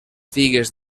figues